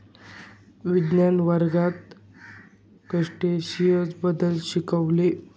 विज्ञान वर्गात क्रस्टेशियन्स बद्दल शिकविले